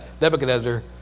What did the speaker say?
Nebuchadnezzar